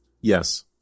Yes